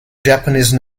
japanese